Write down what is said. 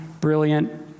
brilliant